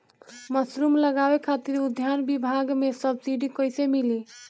Mushroom लगावे खातिर उद्यान विभाग से सब्सिडी कैसे मिली?